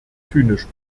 zynisch